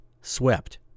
swept